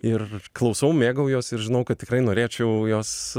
ir klausau mėgaujuosi ir žinau kad tikrai norėčiau juos